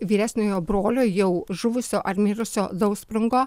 vyresniojo brolio jau žuvusio ar mirusio dausprungo